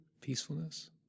peacefulness